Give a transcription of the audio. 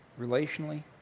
relationally